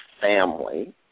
family